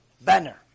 banner